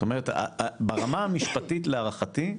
זאת אומרת ברמה המשפטית להערכתי,